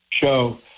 show